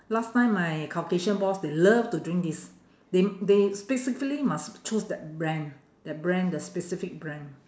last time my caucasian boss they love to drink this they they specifically must choose that brand that brand the specific brand